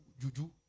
juju